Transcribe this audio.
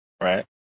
right